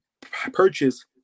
purchase